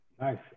Nice